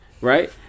right